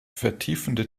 vertiefende